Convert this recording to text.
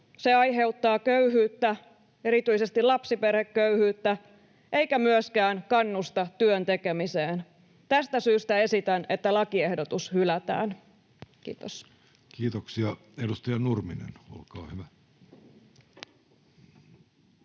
Se aiheuttaa köyhyyttä, erityisesti lapsiperheköyhyyttä, eikä myöskään kannusta työn tekemiseen. Tästä syystä esitän, että lakiehdotus hylätään. — Kiitos. [Speech 507] Speaker: